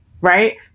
Right